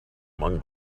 among